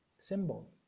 Symbol